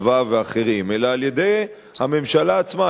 אדוה" ואחרים אלא על-ידי הממשלה עצמה,